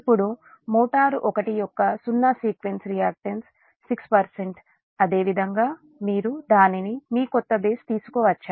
ఇప్పుడు మోటారు 1 యొక్క సున్నా సీక్వెన్స్ రియాక్టన్స్ 6 అదే విధంగా మీరు దానిని మీ కొత్త బేస్ తీసుకువచ్చారు